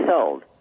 sold